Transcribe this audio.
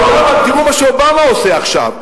תראו מה אובמה עושה עכשיו,